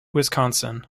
wisconsin